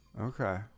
Okay